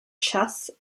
chess